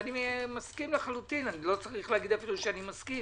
אני מסכים - אני לא צריך לומר אפילו שאני מסכים